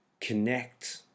connect